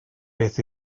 beth